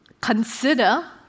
consider